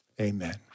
amen